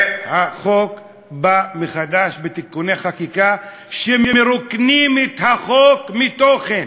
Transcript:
והחוק בא מחדש בתיקוני חקיקה שמרוקנים את החוק מתוכן.